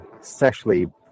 sexually